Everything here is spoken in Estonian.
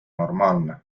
normaalne